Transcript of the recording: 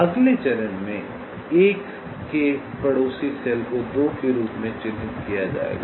अगले चरण में 1 के पड़ोसी सेल को 2 के रूप में चिह्नित किया जाएगा